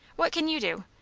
what can you do?